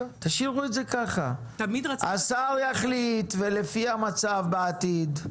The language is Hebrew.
תשאירו את זה ככה, השר יחליט ולפי המצב בעתיד.